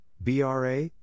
BRA